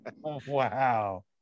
Wow